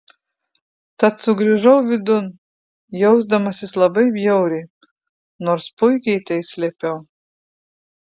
tad sugrįžau vidun jausdamasis labai bjauriai nors puikiai tai slėpiau